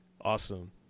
Awesome